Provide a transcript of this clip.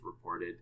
reported